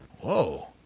whoa